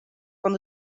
van